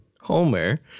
Homer